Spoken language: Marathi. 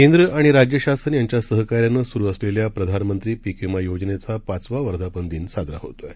केंद्र आणि राज्य शासन यांच्या सहकार्यानं सुरू असलेल्या प्रधानमंत्री पीक विमा योजनेचा पाचवा वर्धापन दिन साजरा होत आहे